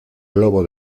globo